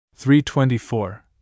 324